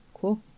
Cool